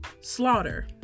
slaughter